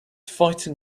fighting